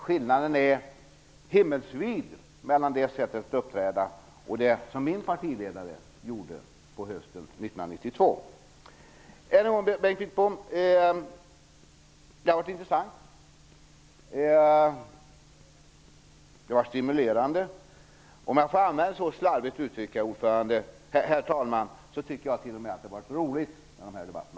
Skillnaden är himmelsvid mellan det sättet att uppträda och det som min partiledare gjorde hösten 1992. Jag vill än en gång säga till Bengt Wittbom att arbetet har varit intressant och stimulerande. Om jag får använda ett så slarvigt uttryck, herr talman, så tycker jag t.o.m. att det har varit roligt med dessa debatter.